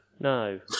No